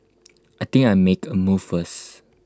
I think I make A move first